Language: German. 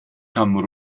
kamen